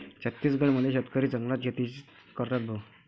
छत्तीसगड मध्ये शेतकरी जंगलात शेतीच करतात भाऊ